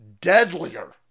deadlier